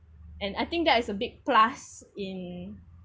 and I think that is a big plus in